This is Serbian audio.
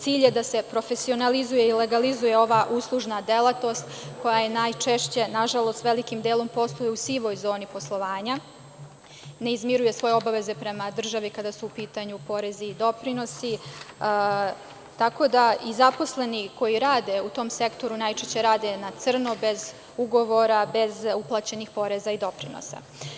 Cilj je da se profesionalizuje i legalizuje ova uslužna delatnost koja najčešće, nažalost, velikim delom, posluje u sivoj zoni poslovanja, ne izmiruje svoje obaveze prema državi kada su u pitanju porezi i doprinosi, tako da i zaposleni koji rade u tom sektoru najčešće rade na crno, bez ugovora, bez uplaćenih poreza i doprinosa.